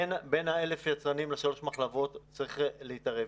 בין 1,000 היצרנים לשלוש המחלבות צריך להתערב.